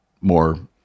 more